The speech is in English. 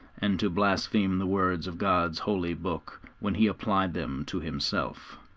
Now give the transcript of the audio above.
and to blaspheme the words of god's holy book when he applied them to himself.